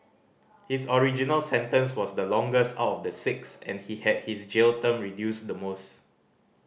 his original sentence was the longest out of the six and he had his jail term reduced the most